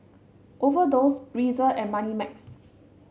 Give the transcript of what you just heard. Overdose Breezer and Moneymax